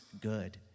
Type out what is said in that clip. good